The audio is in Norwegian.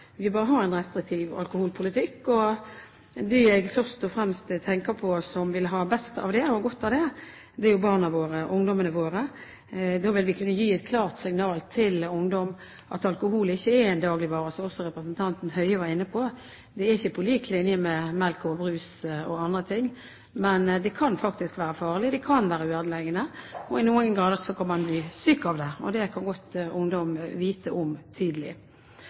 vi bør ha en restriktiv alkoholpolitikk, og dem jeg først og fremst tenker på vil ha godt av det, er barna våre, ungdommene våre. Da vil vi kunne gi et klart signal til ungdom om at alkohol ikke er en dagligvare, som også representanten Høie var inne på. Alkohol er ikke på lik linje med melk, brus og andre ting, men kan faktisk være farlig og ødeleggende, og i noen grad kan man bli syk av det. Det kan godt ungdom vite om tidlig.